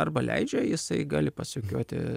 arba leidžia jisai gali pasukioti